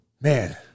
man